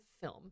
film